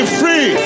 free